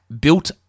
built